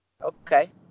okay